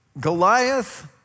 Goliath